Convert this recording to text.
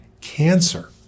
cancer